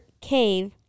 Cave